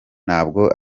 ntabwo